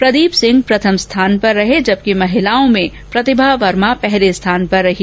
प्रदीप सिंह प्रथम स्थान पर रहे जबकि महिलाओं में प्रतिभा वर्मा पहले स्थान पर रहीं